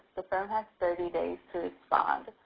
the firm has thirty days to respond.